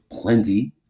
Plenty